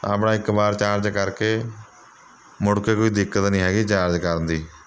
ਆਪਣਾ ਇੱਕ ਵਾਰ ਚਾਰਜ ਕਰਕੇ ਮੁੜਕੇ ਕੋਈ ਦਿੱਕਤ ਨਹੀਂ ਹੈਗੀ ਚਾਰਜ ਕਰਨ ਦੀ